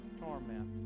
torment